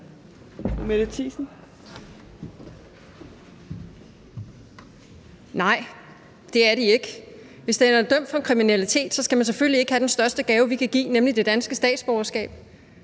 Nej, det er de ikke. Hvis man er dømt for kriminalitet, skal man selvfølgelig ikke have den største gave, vi kan give, nemlig det danske statsborgerskab.